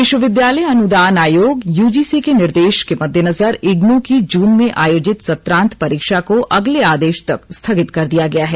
विश्वविद्यालय अनुदान आयोगयूजीसी के निर्देश के मद्देनजर इग्नू की जून में आयोजित सत्रांत परीक्षा को अगले आदेश तक स्थगित कर दिया गया है